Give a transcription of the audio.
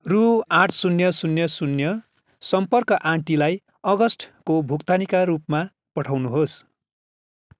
रु आठ शून्य शून्य शून्य सम्पर्क आन्टीलाई अगस्टको भुक्तानीका रूपमा पठाउनुहोस्